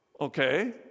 Okay